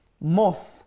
moth